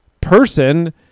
person